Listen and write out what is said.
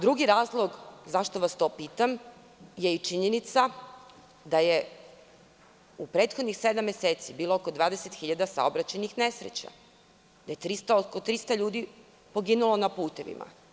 Drugi razlog zašto vas to pitam je i činjenica da je u prethodnih sedam meseci bilo oko 20.000 saobraćajnih nesreća, da je oko 300 ljudi poginulo na putevima.